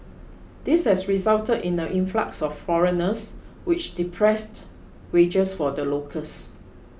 this has resulted in the influx of foreigners which depressed wages for the locals